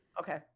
Okay